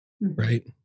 Right